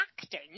acting